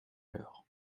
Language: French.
l’heure